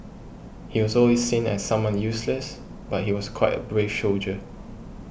he was always seen as someone useless but he was quite a brave soldier